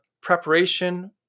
preparation